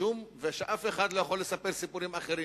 ואף אחד לא יכול לספר סיפורים אחרים.